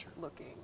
looking